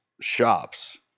shops